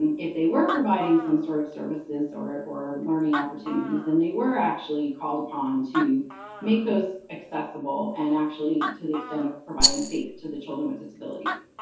and if they were providing some sort of services or or learning opportunities, then they were actually called upon to make those accessible and actually to the extent of providing fape to the children with disabilities.